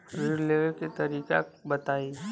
ऋण लेवे के तरीका बताई?